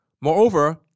Moreover